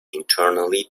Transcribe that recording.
internally